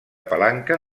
palanca